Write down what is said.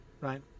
right